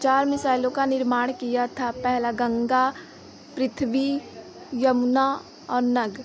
चार मिसाइलों का निर्माण किया था पहला गंगा पृथ्वी यमुना और नग